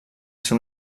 ser